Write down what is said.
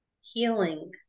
healing